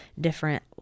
different